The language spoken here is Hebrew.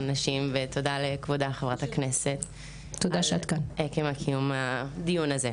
נשים ותודה ליושבת-ראש על עצם קיום הדיון הזה.